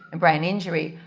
and brain injury,